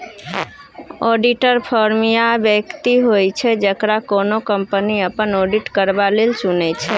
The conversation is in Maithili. आडिटर फर्म या बेकती होइ छै जकरा कोनो कंपनी अपन आडिट करबा लेल चुनै छै